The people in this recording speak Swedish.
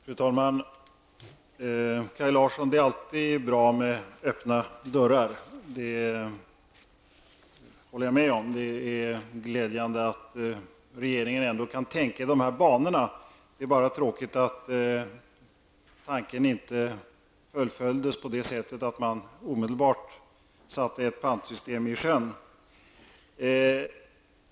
Fru talman! Det är, Kaj Larsson, alltid bra med öppna dörrar. Det håller jag med om, och det är glädjande att regeringen ändå kan tänka i de här banorna. Det är bara tråkigt att tanken inte fullföljdes på det sättet att man omedelbart satte pantsystemet i sjön.